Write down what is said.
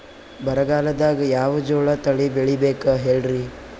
ಬರಗಾಲದಾಗ್ ಯಾವ ಜೋಳ ತಳಿ ಬೆಳಿಬೇಕ ಹೇಳ್ರಿ?